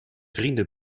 vrienden